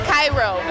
Cairo